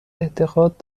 اعتقاد